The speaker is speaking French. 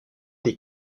des